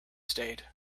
stayed